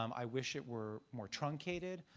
um i wish it were more truncated.